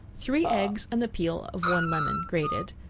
three eggs and the peel of one lemon grated,